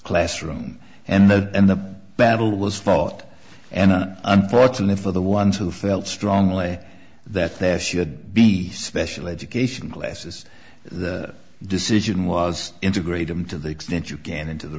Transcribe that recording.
classroom and the and the battle was fought and unfortunate for the ones who felt strongly that there should be special education classes the decision was integrate them to the extent you can into the